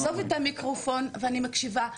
עזוב את המיקרופון ואני מקשיבה.